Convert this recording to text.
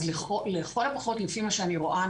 אז לכל הפחות לפי מה שאני רואה,